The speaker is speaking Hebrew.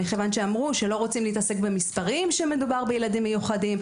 מכיוון שאמרו שלא רוצים להתעסק במספרים כשמדובר בילדים מיוחדים.